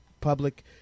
public